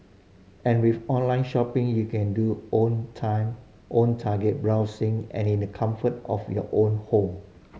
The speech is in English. and with online shopping you can do own time own target browsing and in the comfort of your own home